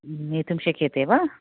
नेतुं शक्यते वा